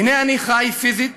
הנה, אני חי פיזית,